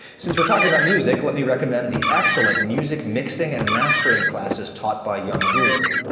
since we're talking about music, let me recommend the excellent music mixing and mastering classes taught by young guru.